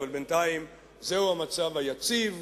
אבל בינתיים זה הוא המצב היציב,